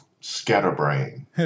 scatterbrain